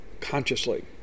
consciously